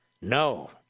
No